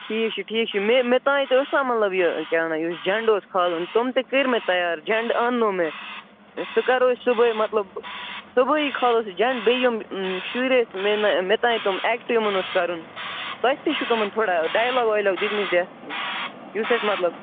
ٹھیٖک چھُ ٹھیٖک چھُ مےٚ مےٚ تانۍ تہِ اوس نا مطلب یہِ کیٛاہ وَنان یُس جَنڈٕ اوس کھالُن تِم تہِ کٔرۍ مےٚ تَیار جنٛڈ اَننو مےٚ سُہ کَرو أسۍ صُبحٲے مطلب صُبحٲیی کھالو سُہ جنٛڈ بیٚیہِ یِم شُرۍ ٲسۍ مےٚ ناے مےٚ تانۍ تِم ایٚکٹہٕ یِمَن اوس کَرُن تۄہہِ تہِ چھُو تِمَن تھوڑا ڈایلاگ وایلاگ دِتۍمٕتۍ یُس اَسہِ مطلب